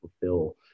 fulfill